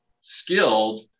skilled